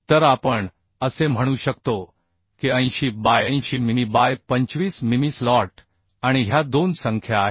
तर आपण असे म्हणू शकतो की 80 बाय 80 मिमी बाय 25 मिमी स्लॉट आणि ह्या दोन संख्या आहेत